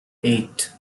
eight